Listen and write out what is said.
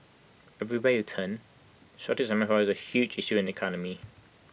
everywhere you turn shortage of is A issue in the economy